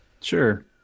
Sure